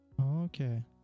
Okay